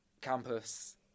campus